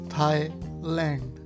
Thailand